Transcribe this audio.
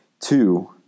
Two